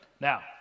Now